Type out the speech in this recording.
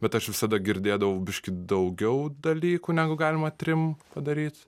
bet aš visada girdėdavau biškį daugiau dalykų negu galima trim padaryt